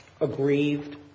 aggrieved